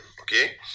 okay